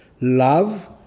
Love